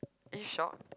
are you shocked